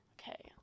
okay